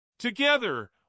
Together